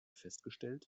festgestellt